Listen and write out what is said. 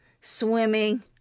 swimming